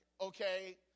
okay